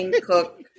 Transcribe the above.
Cook